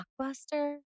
Blockbuster